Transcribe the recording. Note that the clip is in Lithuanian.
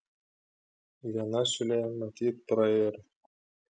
viena siūlė matyt prairo